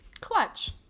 clutch